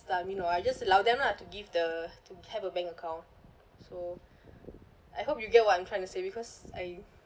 I mean no I just allow them lah to give the to have a bank account so I hope you get what I'm trying to say because I